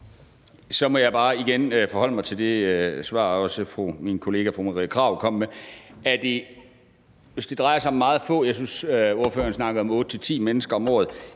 Så må jeg bare igen forholde mig til det svar, min kollega fru Marie Krarup kom med. Hvis det drejer sig om meget få – jeg synes, ordføreren snakkede om 8-10 mennesker om året